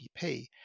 GDP